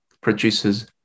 produces